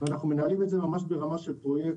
ואנחנו מנהלים את זה ממש ברמה של פרויקט,